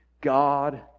God